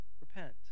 repent